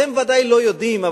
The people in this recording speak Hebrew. אתם בוודאי לא יודעים,